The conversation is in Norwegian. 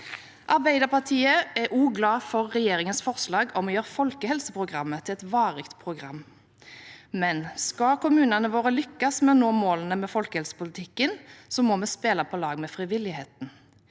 Arbeiderpartiet er også glad for regjeringens forslag om å gjøre folkehelseprogrammet til et varig program, men skal kommunene våre lykkes med å nå målene med folkehelsepolitikken, må vi spille på lag med frivilligheten.